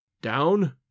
Down